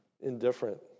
indifferent